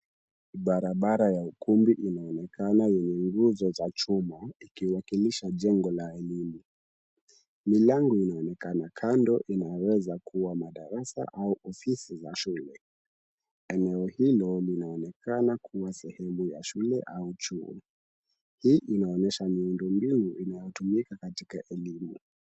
Barabara ya ukumbi inaonekana yenye nguzo za chuma ikiwakilishwa jengo la elimu. Milango inaonekana kando inaweza kuwa madarasa au ofisi za shule. Eneo hilo linaonekana kuwa sehemu ya shule au chuo. Hili inaonyesha miundo mbinu inayotumika katika elimu.